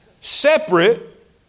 Separate